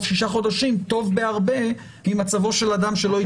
שישה חודשים טוב בהרבה ממצבו של אדם שלא התחסן.